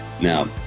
Now